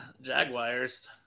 Jaguars